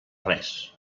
res